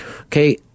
Okay